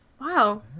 Wow